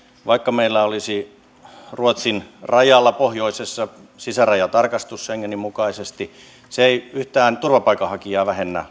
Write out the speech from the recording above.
vaikka meillä olisi ruotsin rajalla pohjoisessa sisärajatarkastus schengenin mukaisesti se ei luultavasti yhtään vähennä